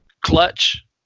clutch